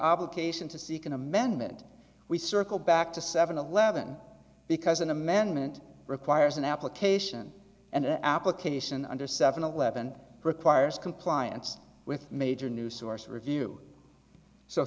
obligation to seek an amendment we circle back to seven eleven because an amendment requires an application and the application under seven eleven requires compliance with major new source review so